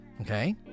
okay